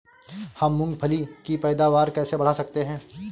हम मूंगफली की पैदावार कैसे बढ़ा सकते हैं?